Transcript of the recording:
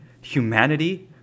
humanity